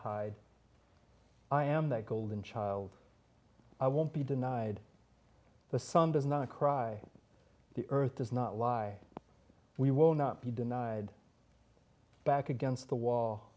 hide i am that golden child i won't be denied the son does not cry the earth does not lie we will not be denied back against the wall